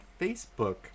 Facebook